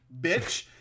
bitch